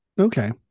Okay